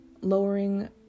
lowering